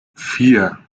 vier